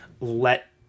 let